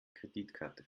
kreditkarte